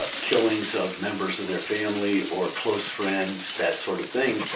ah killings of members of their family or close friends, that sort of thing,